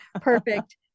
Perfect